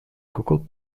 google